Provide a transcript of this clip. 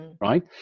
right